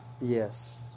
Yes